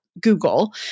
google